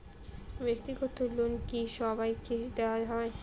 ব্যাক্তিগত লোন কি সবাইকে দেওয়া হয়?